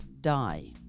die